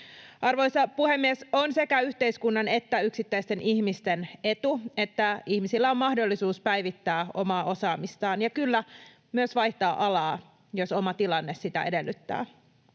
Arvoisa puhemies! On sekä yhteiskunnan että yksittäisten ihmisten etu, että ihmisillä on mahdollisuus päivittää omaa osaamistaan, ja kyllä, myös vaihtaa alaa, jos oma tilanne sitä edellyttää.